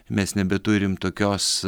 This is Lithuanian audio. mes nebeturim tokios